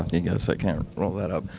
yeah guess i can't roll that up.